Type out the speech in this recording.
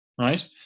right